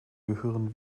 gehören